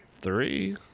three